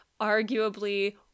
arguably